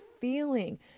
feeling